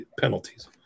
penalties